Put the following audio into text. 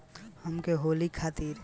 हमके होली खातिर त्योहारी ऋण कइसे मीली?